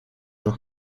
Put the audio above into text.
noch